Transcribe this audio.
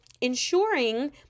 ensuring